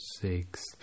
six